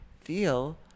feel